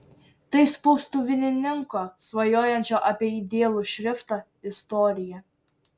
tai spaustuvininko svajojančio apie idealų šriftą istorija